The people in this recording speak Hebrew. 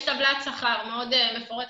יש טבלת שכר מאוד מפורטת.